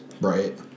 Right